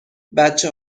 بچه